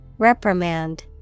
Reprimand